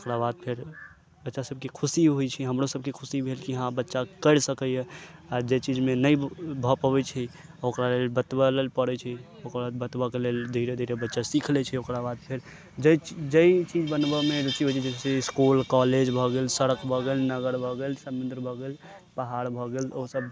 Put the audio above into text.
ओकरा बाद फेर बच्चासभके खुशी होइ छै हमरोसभके खुशी भेल कि हँ बच्चा करि सकैए आ जे चीजमे नहि भऽ पबै छै ओकर बतबय लेल पड़ै छै ओकर बाद बतबयके लेल धीरे धीरे बच्चा सीख लै छै ओकरा बाद फेर जाहि जाहि चीज बनबयमे रुचि होइ छै फिर इस्कुल कॉलेज भऽ गेल सड़क भऽ गेल नगर भऽ गेल समुद्र भऽ गेल पहाड़ भऽ गेल ओसभ